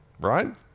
right